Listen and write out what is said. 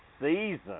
season